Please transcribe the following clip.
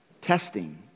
Testing